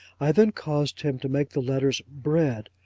i then caused him to make the letters bread,